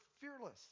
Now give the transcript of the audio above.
fearless